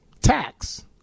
tax